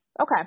Okay